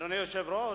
אדוני היושב-ראש,